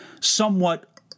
somewhat